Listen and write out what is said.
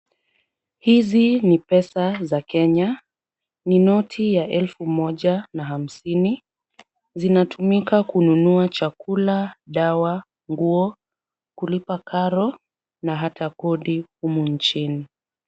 Hizi ni pesa za Kenya, ni noti ya elfu moja na hamsini. Zinatumika kununua chakula ,dawa ,nguo kulipa karo na hata Kofi humu nchini.